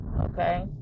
okay